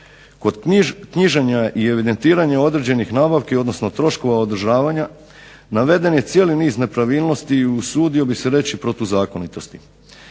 Kod knjiženja i evidentiranja određenih nabavki odnosno troškova održavanja naveden je cijeli niz nepravilnosti i usudio bih se reći protuzakonitosti.